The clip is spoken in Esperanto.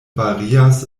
varias